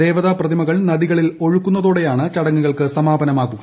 ദേവത പ്രതിമകൾ നദികളിൽ ഒഴുക്കുന്നതോടെയാണ് ചടങ്ങുകൾക്ക് സമാപനമാകുക